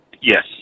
Yes